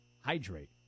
hydrate